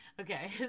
Okay